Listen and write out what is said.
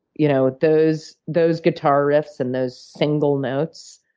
you know those those guitar riffs and those single notes,